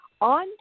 on